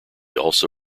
also